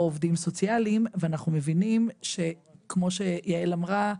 או עובדים סוציאליים ואנחנו מבינים שכמו שיעל אמרה,